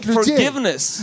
forgiveness